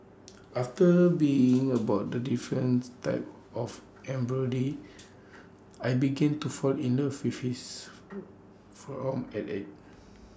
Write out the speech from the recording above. after being about the difference types of embroidery I began to fall in love with his from at art